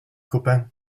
copain